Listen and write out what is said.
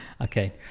Okay